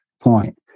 point